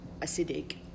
acidic